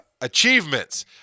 Achievements